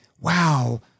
wow